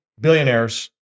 billionaires